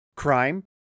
crime